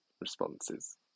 responses